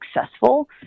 successful